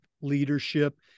leadership